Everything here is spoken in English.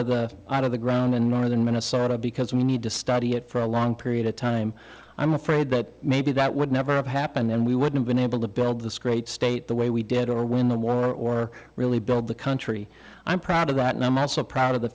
left out of the ground in northern minnesota because we need to study it for a long period of time i'm afraid that maybe that would never have happened then we would have been able to build this great state the way we did or win the war or really build the country i'm proud of that and i'm also proud